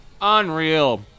Unreal